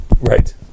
Right